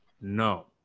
no